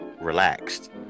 relaxed